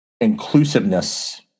inclusiveness